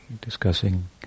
discussing